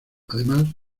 además